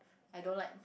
I don't like